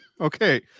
okay